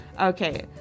Okay